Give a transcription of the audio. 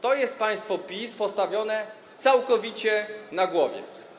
To jest państwo PiS - postawione całkowicie na głowie.